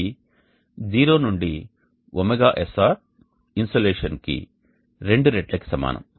ఇది 0 నుండి ωSR insolation కి రెండు రెట్లకి సమానం